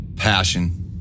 Passion